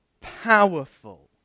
powerful